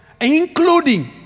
including